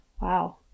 Wow